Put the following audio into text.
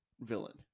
villain